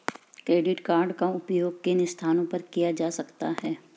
Credit card का उपयोग किन स्थानों पर किया जा सकता है?